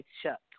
shut